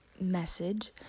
message